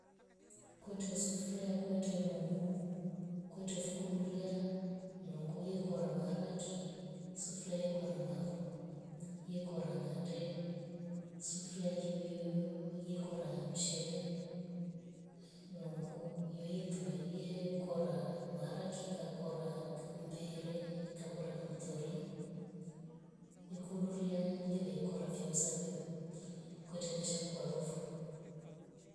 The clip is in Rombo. Kwete sufuria. kwete nungu. kwete fukuduria nungiye kora maharaki. sufuria kora maru. ye kora ngande sufuria iyoiyo yekora mshele nungu. iyoiyo tumia iyoyo kora maharaki ikakora umbere. ikakora kamtori ikudoria leviya koria fyo sapyo kweteleshe kwalofo.